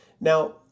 Now